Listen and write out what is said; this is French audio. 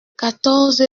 quatorze